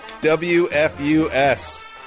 WFUS